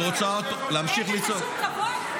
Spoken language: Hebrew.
אין לך שום כבוד?